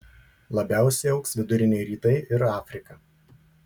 labiausiai augs viduriniai rytai ir afrika